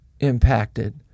impacted